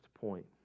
point